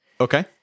okay